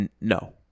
No